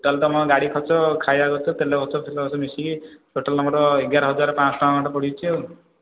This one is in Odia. ତା'ହେଲେ ତମ ଗାଡ଼ି ଖର୍ଚ୍ଚ ଖାଇବା ଖର୍ଚ୍ଚ ତେଲ ଖର୍ଚ୍ଚ ଫେଲ ଖର୍ଚ୍ଚ ମିଶିକି ଟୋଟାଲ୍ ତମର ଏଗାର ହଜାର ପାଞ୍ଚଶହ ଟଙ୍କା ପଡ଼ିଛି ଆଉ